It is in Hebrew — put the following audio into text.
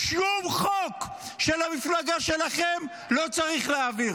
שום חוק של המפלגה שלכם לא צריך להעביר.